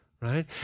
Right